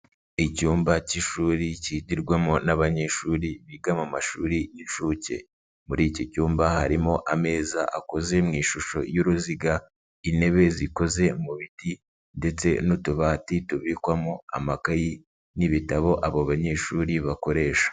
Icyumba cy'ishuri cyigirwamo n'abanyeshuri biga mu mashuri y'inshuke. Muri iki cyumba harimo ameza akoze mu ishusho y'uruziga, intebe zikoze mu biti ndetse n'utubati tubikwamo amakayi n'ibitabo, abo banyeshuri bakoresha.